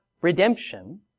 redemption